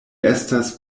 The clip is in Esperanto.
estas